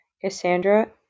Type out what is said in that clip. Cassandra